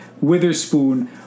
Witherspoon